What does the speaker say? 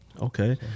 Okay